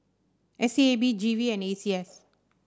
S E A B G V and A C S